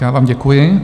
Já vám děkuji.